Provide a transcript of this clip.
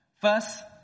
First